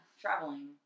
traveling